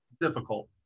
Difficult